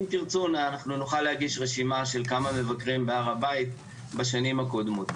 אנחנו נוכל להגיש רשימה של כמה מבקרים בהר הבית היו בשנים הקודמות.